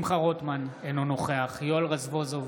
שמחה רוטמן, אינו נוכח יואל רזבוזוב,